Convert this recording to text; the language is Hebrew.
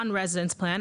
non residence plan,